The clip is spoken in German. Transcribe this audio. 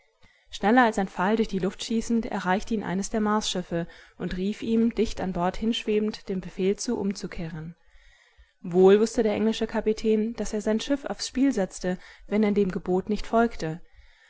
schneller als ein pfeil durch die luft schießend erreichte ihn eines der marsschiffe und rief ihm dicht an bord hinschwebend den befehl zu umzukehren wohl wußte der englische kapitän daß er sein schiff aufs spiel setze wenn er dem gebot nicht folge